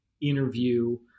interview